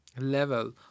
level